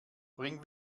bring